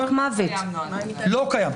לא קיים.